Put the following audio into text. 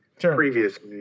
previously